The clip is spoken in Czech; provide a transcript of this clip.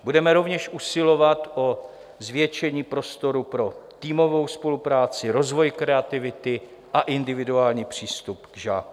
Budeme rovněž usilovat o zvětšení prostoru pro týmovou spolupráci, rozvoj kreativity a individuální přístup k žákům.